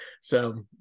So-